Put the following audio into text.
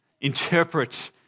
interpret